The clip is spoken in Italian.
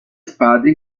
spade